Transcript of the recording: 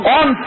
on